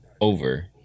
over